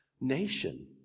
nation